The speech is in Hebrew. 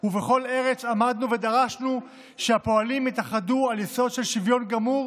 ובכל ארץ עמדנו ודרשנו שהפועלים יתאחדו על יסוד של שוויון גמור".